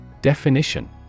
Definition